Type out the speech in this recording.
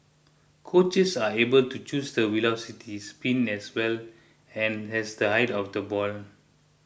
coaches are able to choose the velocity spin as well an as the height of the ball